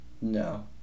No